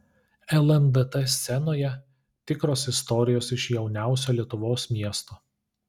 lndt scenoje tikros istorijos iš jauniausio lietuvos miesto